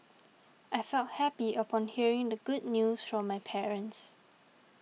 I felt happy upon hearing the good news from my parents